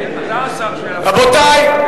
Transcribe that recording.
רבותי,